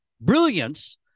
brilliance